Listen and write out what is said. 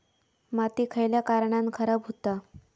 माती खयल्या कारणान खराब हुता?